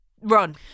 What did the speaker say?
run